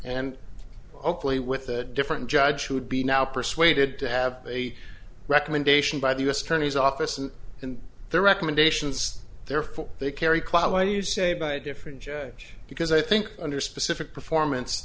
and hopefully with a different judge who would be now persuaded to have a recommendation by the u s attorney's office and in their recommendations therefore they carry clout why do you say by different judge because i think under specific performance